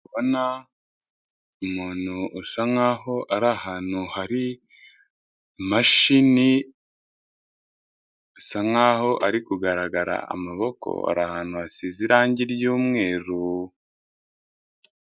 Ndi kubona umuntu usa nkaho ari ahantu hari imashini, bisa nkaho ari kugaragara amaboko, ari ahantu hasize irangi ry'umweru.